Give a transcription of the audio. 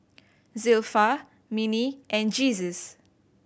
Zilpha Minnie and Jesus